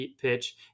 pitch